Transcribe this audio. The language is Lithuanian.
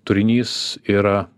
turinys yra